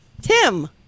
Tim